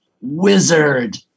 Wizard